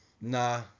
nah